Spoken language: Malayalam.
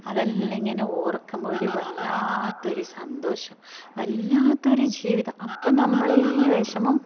അതെല്ലാം ഇങ്ങനെ ഓർക്കുമ്പോൾ ഒരു വല്ലാത്തൊരു സന്തോഷം വല്ലാത്തൊരു ജീവിതം അപ്പം നമ്മള ഈ വിഷമം